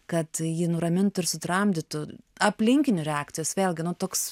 kad jį nuramintų ir sutramdytų aplinkinių reakcijos vėlgi nu toks